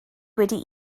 wedi